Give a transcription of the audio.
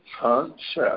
concept